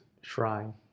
shrine